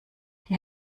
die